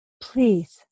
please